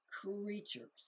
creatures